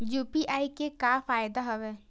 UPI के का फ़ायदा हवय?